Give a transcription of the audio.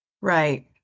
Right